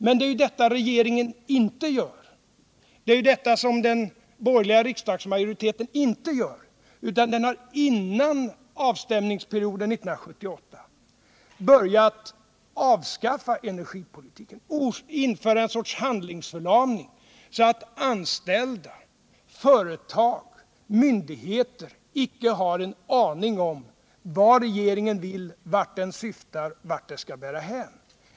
Men det är ju detta regeringen och den borgerliga riksdagsmajoriteten inte gör, utan före avstämningen 1978 har man börjat avskaffa energipolitiken och införa en sorts handlingsförlamning, så att anställda, företag och myndigheter icke har en aning om vad regeringen vill, vart den syftar och vart det skall bära hän.